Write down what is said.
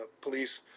police